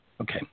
Okay